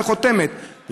וחותמת,